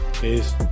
Peace